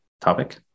Topic